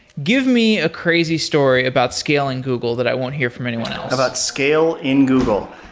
give me a crazy story about scaling google that i won't hear from anyone else about scale in google.